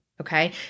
Okay